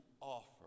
offer